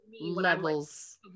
Levels